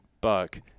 buck